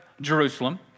Jerusalem